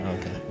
Okay